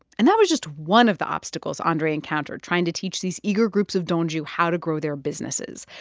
and that was just one of the obstacles andray encountered trying to teach these eager groups of donju how to grow their businesses.